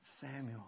Samuel